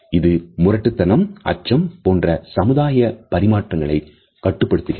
இது முரட்டுத்தனம் அச்சம் போன்ற சமுதாய பரிமாற்றங்களை கட்டுப்படுத்துகிறது